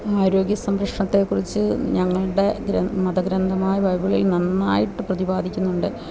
ആരോഗ്യ സംരക്ഷണത്തെക്കുറിച്ച് ഞങ്ങളുടെ ഗ്ര മതഗ്രന്ഥമായ ബൈബിളിൽ നന്നായിട്ട് പ്രതിപാദിക്കുന്നുണ്ട്